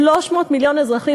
300 מיליון אזרחים,